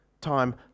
time